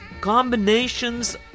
combinations